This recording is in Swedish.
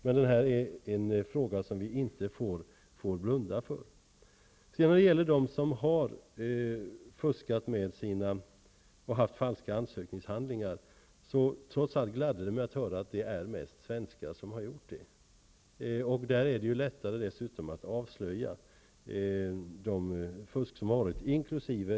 Men det här är en fråga som vi inte får blunda för. Vidare har vi de som har fuskat och använt falska ansökningshandlingar. Det gladde mig att höra att det trots allt är mest svenskar som har gjort så. Det är dessutom lättare att avslöja fusk i de fallen, inkl.